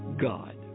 God